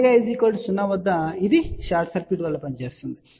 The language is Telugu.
ω0 వద్ద ఇది షార్ట్ సర్క్యూట్ వలె పనిచేస్తుంది